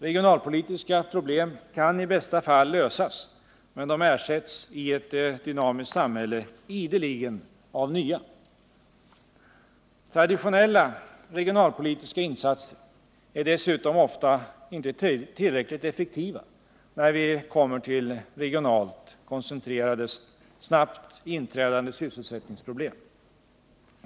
Regionalpolitiska problem kan i bästa fall lösas, men de ersätts i ett dynamiskt samhälle ideligen av nya. Traditionella regionalpolitiska insatser är dessutom ofta inte tillräckligt effektiva när vi kommer till regionalt koncentrerade, snabbt inträdande sysselsättningsproblem.